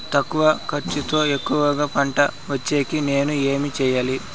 తక్కువ ఖర్చుతో ఎక్కువగా పంట వచ్చేకి నేను ఏమి చేయాలి?